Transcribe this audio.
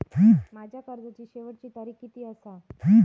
माझ्या कर्जाची शेवटची तारीख किती आसा?